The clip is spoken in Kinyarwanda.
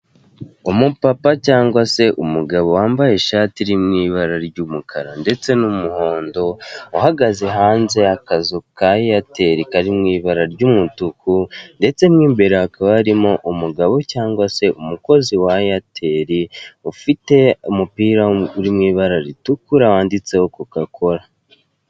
Umupapa cyangwa se umugabo wambaye ishati iri mu ibara ry'umukara ndetse n'umuhondo, uhagaze hanze akazu ka eyateri kari mu ibara ry'umutuku, ndetse no imbere hakaba harimo umugabo cyangwa se umukozi wa eyateri ufite umupira mu ibara uri mu ibara ritukura, wanditseho kokakora.